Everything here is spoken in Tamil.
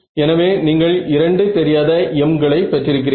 எனவே நீங்கள் 2 தெரியாத mகளை பெற்றிருக்கிறீர்கள்